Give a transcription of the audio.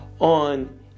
on